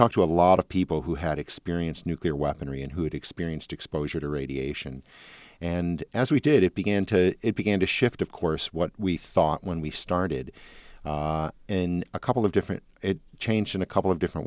talk to a lot of people who had experienced nuclear weaponry and who had experienced exposure to radiation and as we did it began to it began to shift of course what we thought when we started in a couple of different change in a couple of different